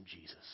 Jesus